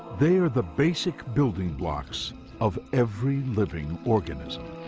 they are the basic building blocks of every living organism.